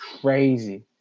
crazy